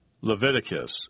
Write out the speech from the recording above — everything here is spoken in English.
Leviticus